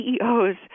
CEOs